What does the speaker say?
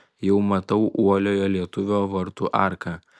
jau matau uoliojo lietuvio vartų arką